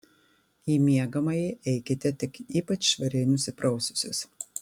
į miegamąjį eikite tik ypač švariai nusipraususios